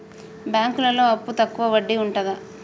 బ్యాంకులలో అప్పుకు తక్కువ వడ్డీ ఉంటదా?